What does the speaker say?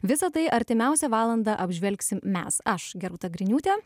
visa tai artimiausią valandą apžvelgsim mes aš gerūta griniūtė